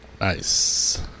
Nice